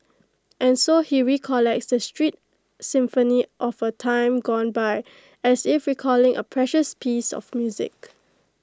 and so he recollects the street symphony of A time gone by as if recalling A precious piece of music